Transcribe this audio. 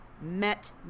met